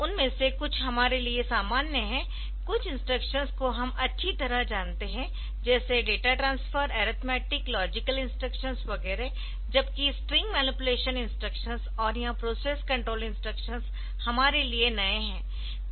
उनमें से कुछ हमारे लिए सामान्य है कुछ इंस्ट्रक्शंस को हम अच्छी तरह जानते है जैसे data transfer arithmetic logical instructions वगैरह जबकि स्ट्रिंग मैनीपुलेशन इंस्ट्रक्शंस और यह प्रोसेस कंट्रोल इंस्ट्रक्शंस हमारे लिए नए है